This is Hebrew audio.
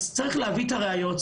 צריך להביא את הראיות,